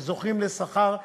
וזוכים לשכר,